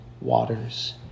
waters